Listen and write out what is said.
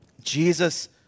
Jesus